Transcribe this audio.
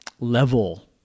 level